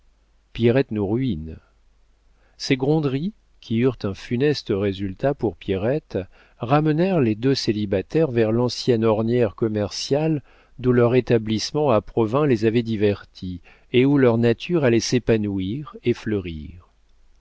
pierrette nous ruine ces gronderies qui eurent un funeste résultat pour pierrette ramenèrent les deux célibataires vers l'ancienne ornière commerciale d'où leur établissement à provins les avait divertis et où leur nature allait s'épanouir et fleurir